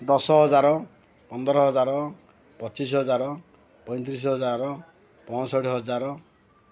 ଦଶ ହଜାର ପନ୍ଦର ହଜାର ପଚିଶି ହଜାର ପଇଁତିରିଶି ହଜାର ପଁଷଠି ହଜାର